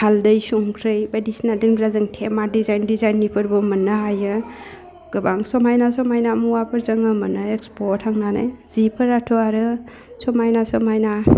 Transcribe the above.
हालदै संख्रै बायदिसिना दोनग्रा जों टेमा डिजाइन डिजाइननिफोरबो मोननो हायो गोबां समायना समायना मुवाफोर जोङो माने इक्सप'वाव थांनानै जिफोराथ' आरो समायना समायना